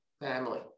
Family